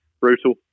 brutal